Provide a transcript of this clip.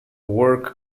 work